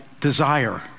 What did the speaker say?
desire